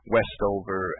Westover